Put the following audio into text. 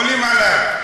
עולים עליו.